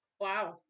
Wow